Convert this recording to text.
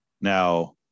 Now